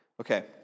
Okay